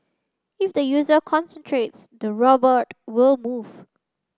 if the user concentrates the robot will move